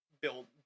build